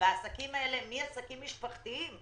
העסקים האלה הם עסקים משפחתיים,